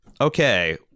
okay